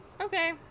Okay